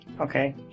Okay